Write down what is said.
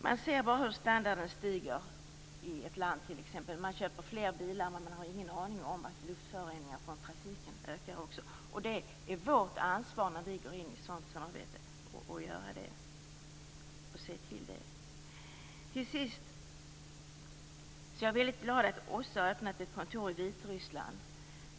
Man ser bara hur standarden stiger. I ett land kanske man köper fler och fler bilar, men man har ingen aning om att luftföroreningarna från trafiken också ökar. Det är vårt ansvar att se till detta när vi går in i sådant här samarbete. Jag är väldigt glad att OSSE har öppnat ett kontor i Vitryssland.